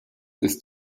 ist